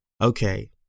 Okay